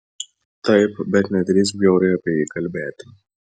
taip bet nedrįsk bjauriai apie jį kalbėti